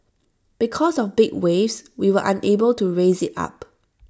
because of big waves we were unable to raise IT up